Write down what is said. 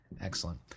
Excellent